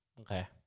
Okay